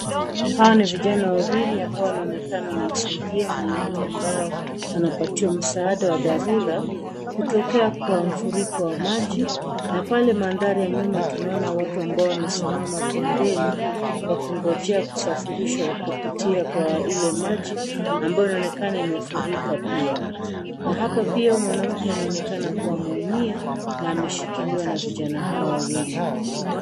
Hawa ni vijana wawili ambao wanaonekana wanamsaidia mwanamke ambaye anapatiwa msaada wa dharura kutokea kwa mfuriko wa maji. Pale mandhari ya nyuma tunaona watu ambao wamesimama pembeni wakingojea kusafirishwa kupitia kwa ile maji ambayo inaonekana imefurika pia. Na hapa pia huyu mwanamke anaonekana ameumia na ameshikiliwa na vijana hawa wawili.